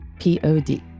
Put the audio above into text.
P-O-D